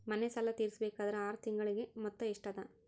ಮನೆ ಸಾಲ ತೀರಸಬೇಕಾದರ್ ಆರ ತಿಂಗಳ ಮೊತ್ತ ಎಷ್ಟ ಅದ?